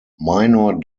minor